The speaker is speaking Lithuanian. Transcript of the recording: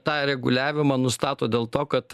tą reguliavimą nustato dėl to kad